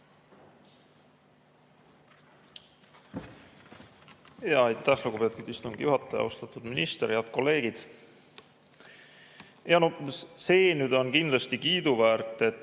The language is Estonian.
on nüüd kindlasti kiiduväärt, et